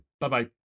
Bye-bye